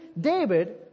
David